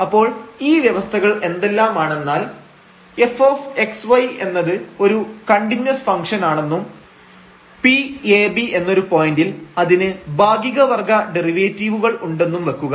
അപ്പോൾ ഈ വ്യവസ്ഥകൾ എന്തെല്ലാമാണെന്നാൽ fxy എന്നത് ഒരു കണ്ടിന്യൂസ് ഫംഗ്ഷൻ ആണെന്നും Pab എന്നൊരു പോയന്റിൽ അതിന് ഭാഗിക വർഗ്ഗ ഡെറിവേറ്റീവുകൾ ഉണ്ടെന്നും വയ്ക്കുക